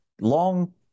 long